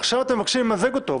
עכשיו אתם מבקשים למזג אותו,